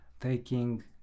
taking